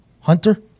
Hunter